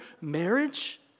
marriage